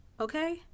Okay